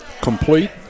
complete